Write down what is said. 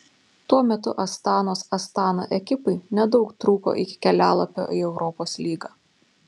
tuo metu astanos astana ekipai nedaug trūko iki kelialapio į europos lygą